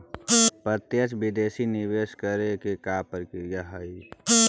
प्रत्यक्ष विदेशी निवेश करे के का प्रक्रिया हइ?